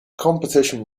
competition